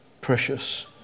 precious